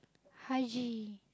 Haj